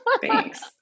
Thanks